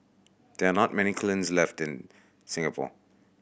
there are not many kilns left in Singapore